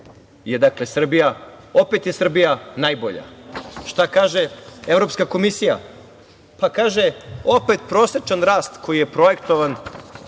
ovde je Srbija. Opet je Srbija najbolja. Šta kaže Evropska komisija? Kaže: „Opet prosečan rast koji je projektovan